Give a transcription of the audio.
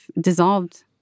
dissolved